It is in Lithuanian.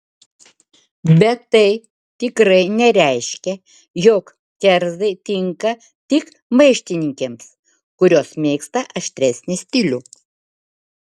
bet tai tikrai nereiškia jog kerzai tinka tik maištininkėms kurios mėgsta aštresnį stilių